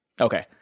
Okay